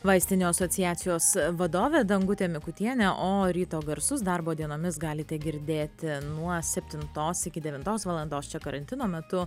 vaistinių asociacijos vadovė dangutė mikutienė o ryto garsus darbo dienomis galite girdėti nuo septintos iki devintos valandos čia karantino metu